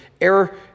error